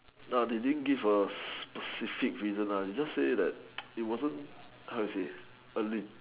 nah they didn't give a a specific reason lah they just say that it wasn't how you say early